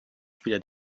spieler